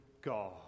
God